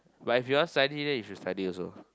but if you want study then you should study also